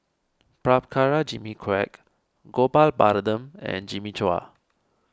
Prabhakara Jimmy Quek Gopal Baratham and Jimmy Chua